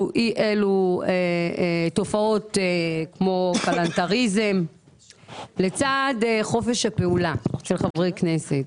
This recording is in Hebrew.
אי אילו תופעות כמו כלנתריזם לצד חופש הפעולה של חברי כנסת.